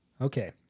Okay